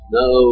no